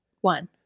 one